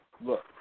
look